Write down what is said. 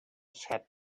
said